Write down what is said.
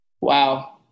Wow